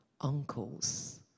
uncles